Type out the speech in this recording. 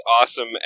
awesome